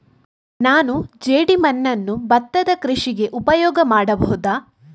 ನಾನು ಜೇಡಿಮಣ್ಣನ್ನು ಭತ್ತದ ಕೃಷಿಗೆ ಉಪಯೋಗ ಮಾಡಬಹುದಾ?